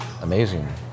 amazing